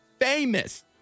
famous